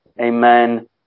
Amen